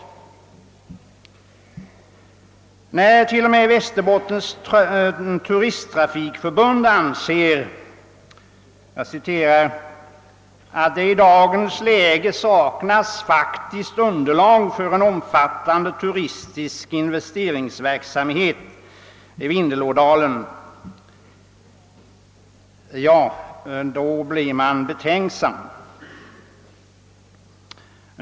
När t.o.m. Västerbottens turisttrafikförbund anser att »det i dagens läge saknas faktiskt underlag för en omfattande turistisk investeringsverksamhet i Vindelådalen», blir man betänksam.